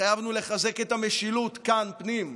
התחייבנו לחזק את המשילות כאן, בפנים,